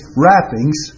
wrappings